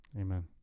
amen